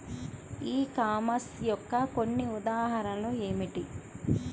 ఈ కామర్స్ యొక్క కొన్ని ఉదాహరణలు ఏమిటి?